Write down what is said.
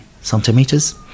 centimeters